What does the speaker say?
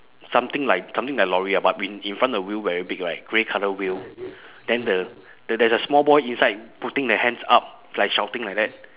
something like something like lorry ah but in in front the wheel very big right grey colour wheel then the the there's a small boy inside putting the hands up like shouting like that